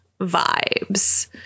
vibes